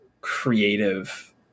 creative